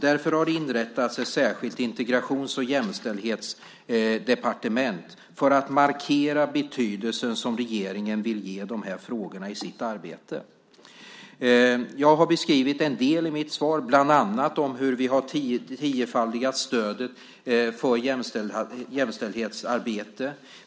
Därför har det inrättats ett särskilt integrations och jämställdhetsdepartement - för att markera betydelsen som regeringen vill ge de här frågorna i sitt arbete. Jag har beskrivit en del i mitt svar, bland annat hur vi har tiofaldigat stödet för jämställdhetsarbetet.